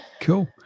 Cool